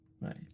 right